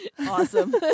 Awesome